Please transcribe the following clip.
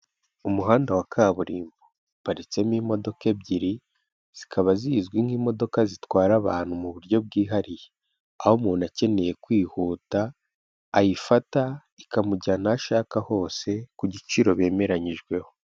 Umuhanda wa kaburimbo. Uparitsemo imodoka ebyiri, zikaba zizwi nk'imodoka zitwara abantu mu buryo bwihariye. Aho umuntu akeneye kwihuta ayifata ikamujyana aho ashaka hose ku giciro bemeranyijweho.